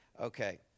Okay